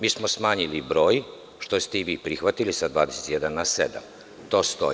Mi smo smanjili broj, što ste i vi prihvatili, sa 21 na sedam, to stoji.